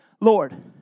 Lord